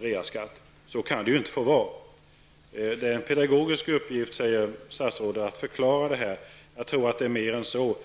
reavinstskatt. Så kan det inte få vara. Statsrådet säger att det är en pedagogisk uppgift att förklara detta. Jag tror att det är mer än så.